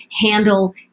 handle